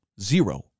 zero